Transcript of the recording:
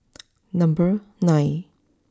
number nine